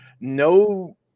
No